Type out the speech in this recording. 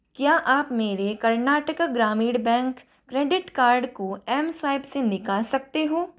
क्या आप मेरे Karnataka Gramin Bank credit card को एम स्वाइप से निकाल सकते हो